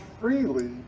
freely